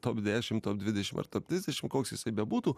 top dešim top dvidešim ar top trisdešim koks jisai bebūtų